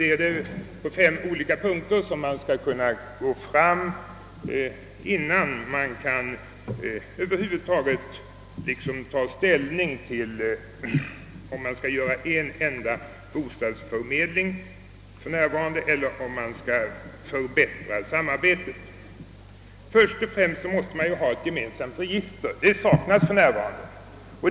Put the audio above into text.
Enligt min mening bör man vara klar med fem olika delfrågor, innan man över huvud taget tar ställning till om man för närvarande skall ha en enda bostadsförmedling eller om man skall förbättra samarbetet. Först och främst måste man ha ett gemensamt register, vilket för närvarande saknas.